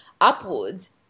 upwards